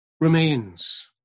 remains